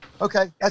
Okay